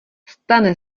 stane